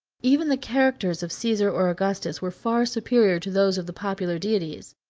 even the characters of caesar or augustus were far superior to those of the popular deities.